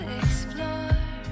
explore